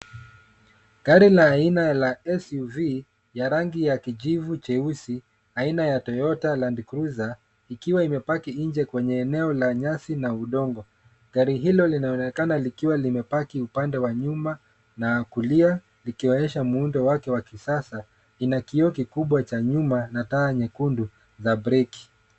Gari la aina la SUV ya rangi ya kijivu cheusi, aina ya Toyota Land Crusier , ikiwa imepaki nje kwenye eneo la nyasi na udongo. Gari hilo linaonekana likiwa limepaki upande wa nyuma na kulia, likionyesha muundo wake wa kisasa. Ina kioo kikubwa cha nyuma na taa nyekundu za breki.